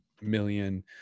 million